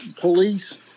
police